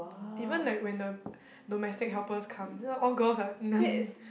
even like when the domestic helpers come then all girls [what] then